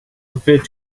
referred